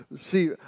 See